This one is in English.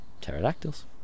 pterodactyls